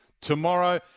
tomorrow